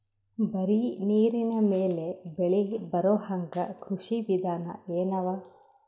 ಬರೀ ನೀರಿನ ಮೇಲೆ ಬೆಳಿ ಬರೊಹಂಗ ಕೃಷಿ ವಿಧಾನ ಎನವ?